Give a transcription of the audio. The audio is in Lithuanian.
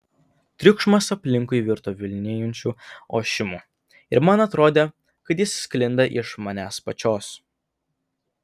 triukšmas aplinkui virto vilnijančiu ošimu ir man atrodė kad jis sklinda iš manęs pačios